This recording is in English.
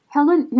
Helen